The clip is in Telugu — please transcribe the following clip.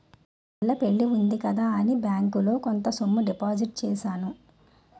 పిల్ల పెళ్లి ఉంది కదా అని బ్యాంకులో కొంత సొమ్ము డిపాజిట్ చేశాను